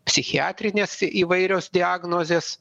psichiatrinės įvairios diagnozės